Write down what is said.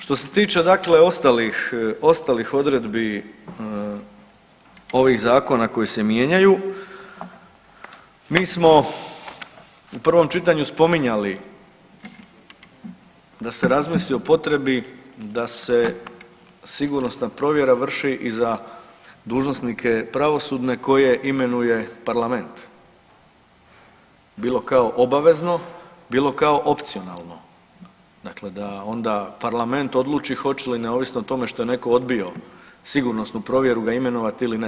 Što se tiče dakle ostalih, ostalih odredbi ovih zakona koji se mijenjaju mi smo u prvom čitanju spominjali da se razmisli o potrebi da se sigurnosna provjera vrši i za dužnosnike pravosudne koje imenuje parlament, bilo kao obavezno bilo kao opcionalno, dakle da onda parlament odluči hoće li neovisno o tome što je neko odbio sigurnosnu provjeru ga imenovat ili ne.